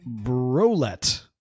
Brolet